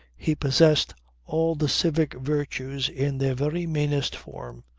he possessed all the civic virtues in their very meanest form,